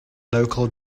local